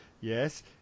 yes